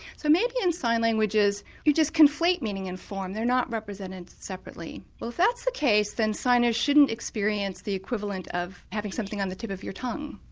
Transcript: so maybe in sign languages you just conflate meaning and form, they are not represented separately? well, if that's the case then signers shouldn't experience the equivalent of having something on the tip of your tongue.